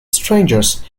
strangers